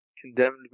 Condemned